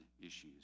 issues